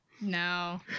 No